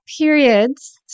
periods